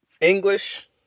English